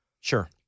Sure